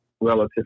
relative